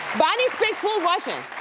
bonnie speaks full russian.